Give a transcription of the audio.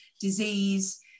disease